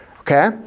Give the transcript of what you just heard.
okay